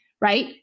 right